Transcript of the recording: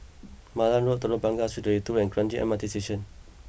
Malan Road Telok Blangah Street Three Two and Kranji M R T Station